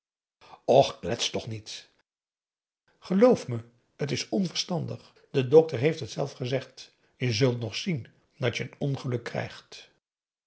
och klets toch niet geloof me het is onverstandig de dokter heeft het zelf gezegd je zult nog zien dat je een ongeluk krijgt